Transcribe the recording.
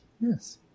Yes